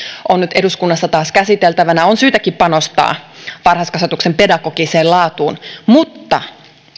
on nyt eduskunnassa taas käsiteltävänä on syytäkin panostaa varhaiskasvatuksen pedagogiseen laatuun mutta